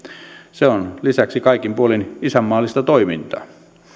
se on lisäksi kaikin puolin isänmaallista toimintaa